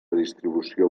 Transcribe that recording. distribució